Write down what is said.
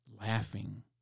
laughing